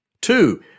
Two